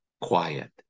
quiet